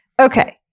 Okay